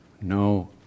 No